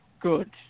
good